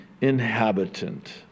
inhabitant